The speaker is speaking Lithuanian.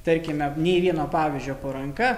tarkime nei vieno pavyzdžio po ranka